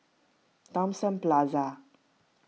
Thomson Plaza